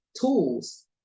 tools